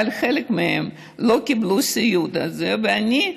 אבל חלק מהם לא קיבלו סיוע על זה, ואני,